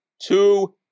two